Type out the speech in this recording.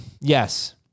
Yes